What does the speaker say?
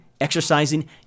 exercising